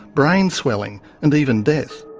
brain swelling and even death.